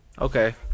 Okay